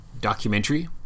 documentary